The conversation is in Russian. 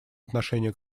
отношение